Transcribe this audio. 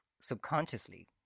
subconsciously